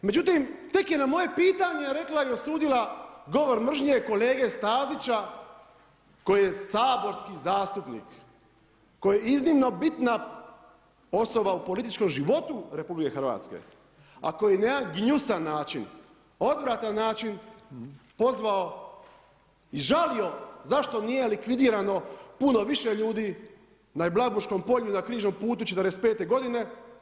Međutim tek je na moje pitanje rekla i osudila govor mržnje kolege Stazića koji je saborski zastupnik, koji je iznimno bitna osoba u političkom životu RH, a koji je na jedan gnjusan način, odvratan način pozvao i žalio zašto nije likvidirano puno više ljudi na Blajburškom polju na Križnom putu '45. godine.